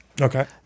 Okay